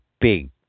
big